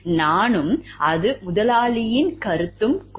நானும் அது முதலாளியின் கருத்தும் கூட